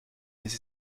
les